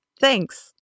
Thanks